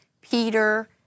Peter